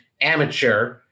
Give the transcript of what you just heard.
amateur